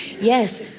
Yes